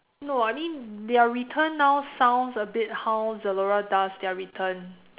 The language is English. no I mean their return now sounds a bit how Zalora does their returns